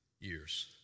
years